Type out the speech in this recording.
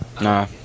Nah